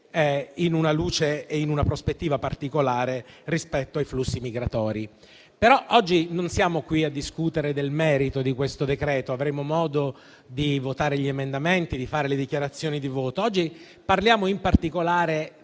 in una luce e in una prospettiva particolare rispetto ai flussi migratori. Oggi, però, non siamo qui a discutere del merito di questo provvedimento. Avremo modo di votare gli emendamenti e di fare le dichiarazioni di voto. Oggi parliamo in particolare del